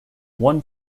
one